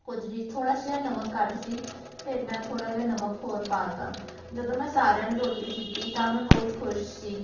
ਕੁਝ ਨਹੀਂ ਥੋੜ੍ਹਾ ਜਿਹਾ ਨਮਕ ਘੱਟ ਸੀ ਫਿਰ ਮੈਂ ਥੋੜ੍ਹਾ ਜਿਹਾ ਨਮਕ ਹੋਰ ਪਾ ਤਾ ਜਦੋਂ ਮੈਂ ਸਾਰਿਆਂ ਨੂੰ ਰੋਟੀ ਦਿੱਤੀ ਤਾਂ ਮੈਂ ਬਹੁਤ ਖੁਸ਼ ਸੀ